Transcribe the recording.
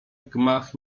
gmach